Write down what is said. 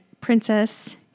Princess